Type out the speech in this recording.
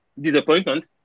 disappointment